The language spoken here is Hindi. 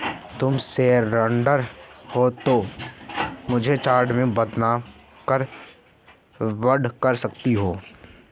तुम शेयरहोल्डर हो तो तुम चार्टर में बदलाव पर वोट कर सकते हो